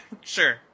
Sure